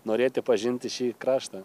norėti pažinti šį kraštą